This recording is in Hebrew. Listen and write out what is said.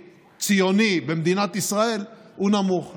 שיתוף פעולה עם מפלגות תומכות טרור,